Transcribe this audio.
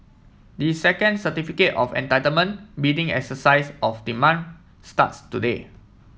the second Certificate of Entitlement bidding exercise of the month starts today